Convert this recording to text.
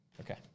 Okay